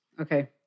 Okay